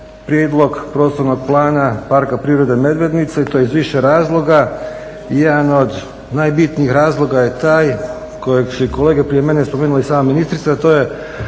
Prijedlog Prostornog plana Parka prirode Medvednica i to iz više razloga. Jedan od najbitnijih razloga je taj kojeg su i kolege prije mene spomenuli i sama ministrica, a to je